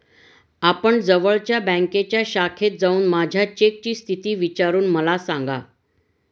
आपण जवळच्या बँकेच्या शाखेत जाऊन माझ्या चेकची स्थिती विचारून मला सांगा